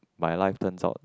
my life turns out